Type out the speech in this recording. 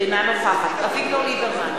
אינה נוכחת אביגדור ליברמן,